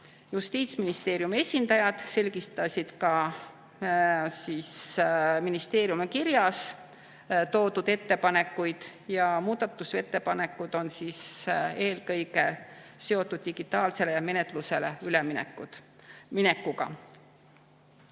Justiitsministeeriumi esindajad selgitasid ka ministeeriumi kirjas toodud ettepanekuid. Muudatusettepanekud on eelkõige seotud digitaalsele menetlusele üleminekuga.